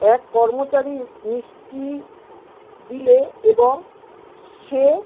এক কর্মচারী মিষ্টি দিলে এবং সে